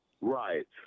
Right